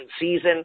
season